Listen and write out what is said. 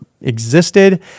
existed